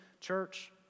church